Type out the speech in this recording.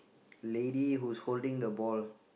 lady who's holding the ball